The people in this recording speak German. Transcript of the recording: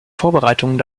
vorbereitungen